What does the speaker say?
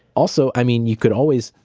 also, i mean, you could always.